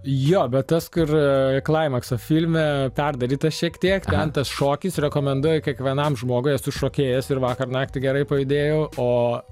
jo bet tas kur klaimakso filme perdaryta šiek tiek ten tas šokis rekomenduoju kiekvienam žmogui esu šokėjas ir vakar naktį gerai pajudėjau o